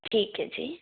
ਠੀਕ ਹੈ ਜੀ